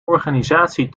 organisatie